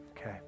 Okay